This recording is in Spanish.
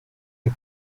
que